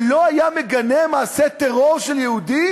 שלא היה מגנה מעשה טרור של יהודי?